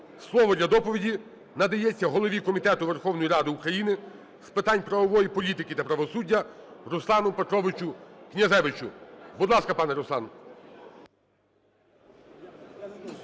Слово для доповіді надається голові Комітету Верховної Ради України з питань правової політики та правосуддя Руслану Петровичу Князевичу. Будь ласка, пане Руслане.